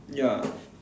ya